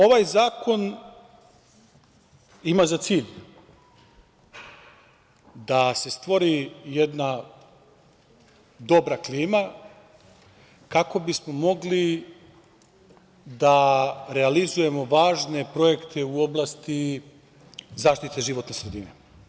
Ovaj zakon ima za cilj da se stvori jedna dobra klima kako bismo mogli da realizujemo važne projekte u oblasti zaštite životne sredine.